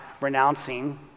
renouncing